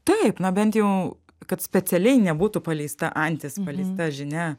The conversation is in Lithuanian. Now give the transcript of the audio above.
taip na bent jau kad specialiai nebūtų paleista antis paleista žinia